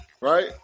right